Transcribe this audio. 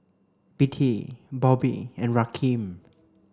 Bettye Bobbie and Rakeem